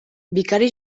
vicari